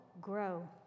grow